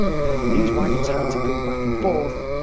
and these wagons had to go back and forth